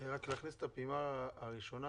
להכניס את הפעימה הראשונה,